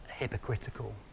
Hypocritical